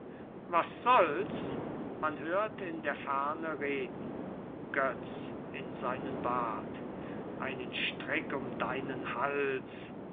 was soll's man hört in der ferne reden götz in seinen bart einen strick um deinen hals